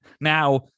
Now